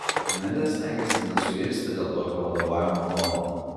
medė stengėsi nesuirzti dėl tokio vadovaujamo tono